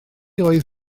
oedd